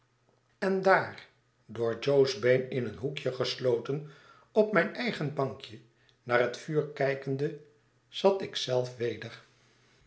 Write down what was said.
en daar door jo's been in een hoekje gesloten op mijn eigen bankje naar het vuur kijkende zat ikzelf weder